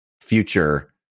future